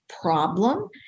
problem